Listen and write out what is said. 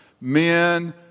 men